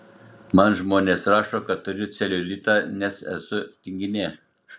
man žmonės rašo kad turiu celiulitą nes esu tinginė